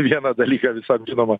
vieną dalyką visam žinomą